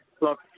look